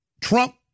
Trump